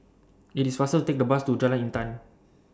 IT IS faster to Take The Bus to Jalan Intan